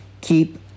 keep